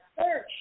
search